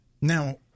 Now